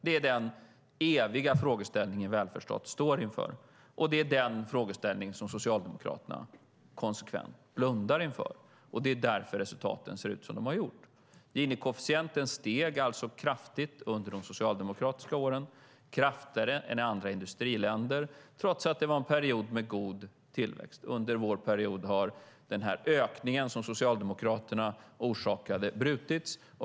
Det är den eviga frågeställning som välfärdsstaten står inför, och det är den frågeställning som Socialdemokraterna konsekvent blundar inför. Det är därför som resultaten ser ut som de har gjort. Gini-koefficienten steg alltså kraftigt under de socialdemokratiska åren, kraftigare än i andra industriländer, trots att det var en period med god tillväxt. Under vår period har denna ökning som Socialdemokraterna orsakade brutits.